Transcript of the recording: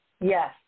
Yes